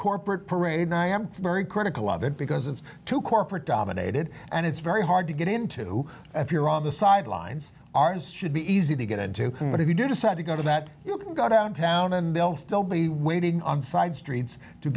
corporate parade i am very critical of it because it's too corporate dominated and it's very hard to get into if you're on the sidelines ours should be easy to get into but if you do decide to go to that you can go downtown and they'll still be waiting on the side streets to